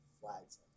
flags